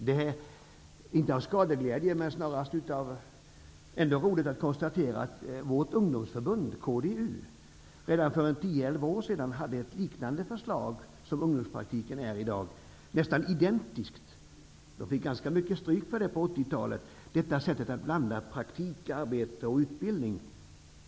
Det är inte skadeglädje, men det är roligt att konstatera att vårt ungdomsförbund, kdu, redan för 10--11 år sedan hade ett förslag som är nästan identiskt med dagens ungdomspraktik. De fick ganska mycket stryk på 80-talet för det sättet att blanda praktikarbete och utbildning.